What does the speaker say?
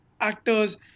actors